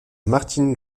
martin